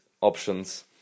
options